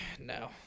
No